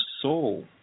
soul